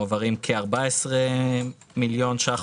נועדה לתקצוב סך של 99,000 אלפי ש"ח